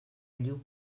lluc